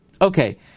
Okay